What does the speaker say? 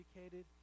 educated